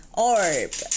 orb